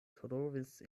trovis